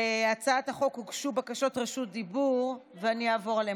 להצעת החוק הוגשו בקשות רשות דיבור ואני אעבור עליהן,